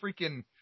freaking